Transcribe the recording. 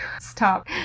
Stop